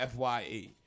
FYE